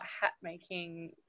hat-making